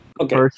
Okay